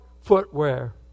footwear